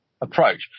approach